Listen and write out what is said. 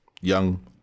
young